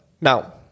Now